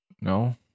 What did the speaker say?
No